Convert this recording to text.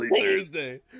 Thursday